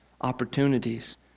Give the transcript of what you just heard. opportunities